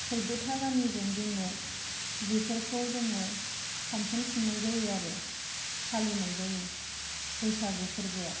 सैद'था गामिजों जोङो बेफोरखौ जोङो फांसन खुंनाय जायो आरो फालिनाय जायो बैसागु फोरबोआव